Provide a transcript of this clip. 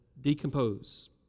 decompose